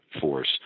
force